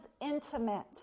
intimate